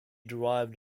derived